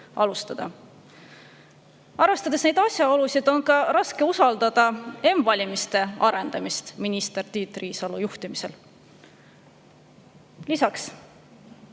Arvestades neid asjaolusid, on raske usaldada ka m-valimiste arendamist minister Tiit Riisalo juhtimisel. Lisaks